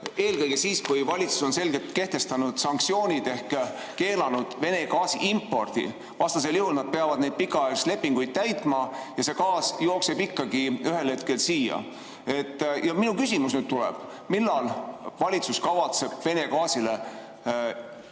eelkõige siis, kui valitsus on selgelt kehtestanud sanktsioonid ehk keelanud Vene gaasi impordi. Vastasel juhul nad peavad neid pikaajalisi lepinguid täitma ja see gaas jookseb ikkagi ühel hetkel siia. Minu küsimus on: millal valitsus kavatseb Vene gaasi